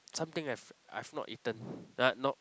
something I've I've not eaten there're nope